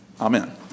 Amen